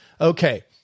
Okay